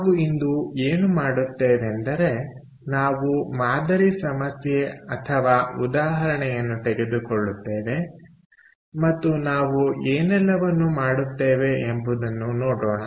ನಾವು ಇಂದು ಏನು ಮಾಡುತ್ತೇವೆಂದರೆ ನಾವು ಮಾದರಿ ಸಮಸ್ಯೆ ಅಥವಾ ಉದಾಹರಣೆಯನ್ನು ತೆಗೆದುಕೊಳ್ಳುತ್ತೇವೆ ಮತ್ತು ನಾವು ಏನೆಲ್ಲವನ್ನು ಮಾಡುತ್ತೇವೆ ಎಂಬುದನ್ನು ನೋಡೋಣ